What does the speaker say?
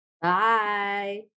Bye